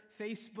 Facebook